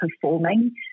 performing